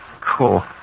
Cool